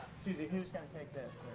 suzie, who's gonna take this